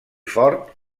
fort